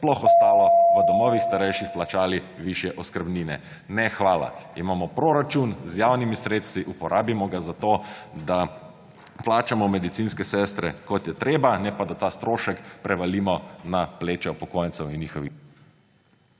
sploh ostalo, v domovih starejših plačali višje oskrbnine. Ne, hvala! Imamo proračun z javnimi sredstvi, uporabimo ga za to, da plačamo medicinske sestre, kot je treba, ne pa, da ta strošek prevalimo na pleča upokojencev in njihovih